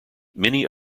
many